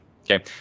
Okay